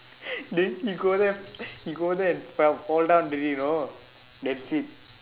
then he go there he go there and fell fall down already you know that's it